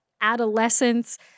adolescence